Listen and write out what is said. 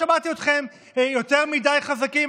לא שמעתי אתכם יותר מדי חזקים,